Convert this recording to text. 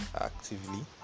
actively